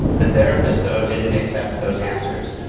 the therapist, though, didn't accept those answers.